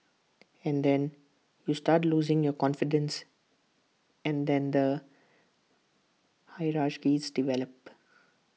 and then you start losing your confidence and then the hierarchies develop